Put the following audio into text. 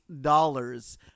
dollars